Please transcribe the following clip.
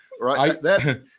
right